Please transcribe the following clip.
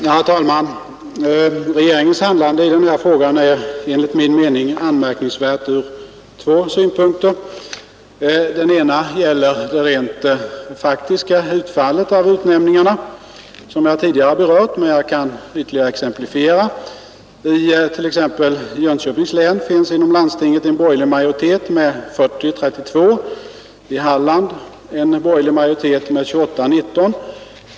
Herr talman! Regeringens handlande i denna fråga är enligt min mening anmärkningsvärt från två synpunkter. Den ena gäller det rent faktiska utfallet av utnämningarna. Jag har tidigare berört detta men jag kan ge ytterligare exempel. I Jönköpings län finns inom landstinget en borgerlig majoritet med 40—32, i Halland en borgerlig majoritet med 28-19.